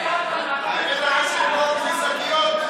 בשביל איזה חוכמולוג שיהיה שר דתות.